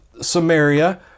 Samaria